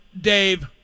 Dave